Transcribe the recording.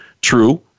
True